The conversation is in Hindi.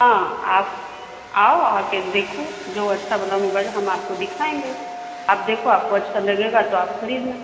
हाँ आप आओ आ कर देखो जो अच्छा वाला मोबाइल हम आपको दिखाएँगे आप देखो आपको अच्छा लगेगा तो आप खरीदना